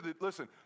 listen